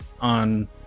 on